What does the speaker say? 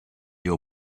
your